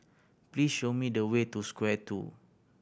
please show me the way to Square Two